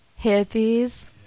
hippies